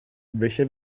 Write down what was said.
welcher